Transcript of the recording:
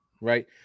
right